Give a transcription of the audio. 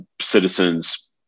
citizens